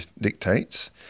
dictates